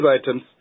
items